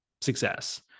success